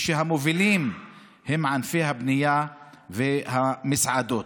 והמובילים הם ענפי הבנייה והמסעדות.